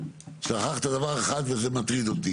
הן דירות קטנות שמיועדות לזוגות צעירים.